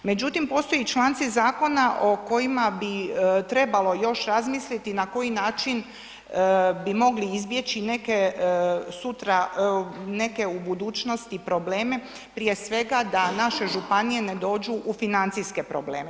Međutim, postoje članci zakona o kojima bi trebalo još razmisliti na koji način bi mogli izbjeći neke sutra, neke u budućnosti probleme prije svega da naše županije ne dođu u financijske probleme.